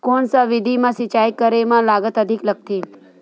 कोन सा विधि म सिंचाई करे म लागत अधिक लगथे?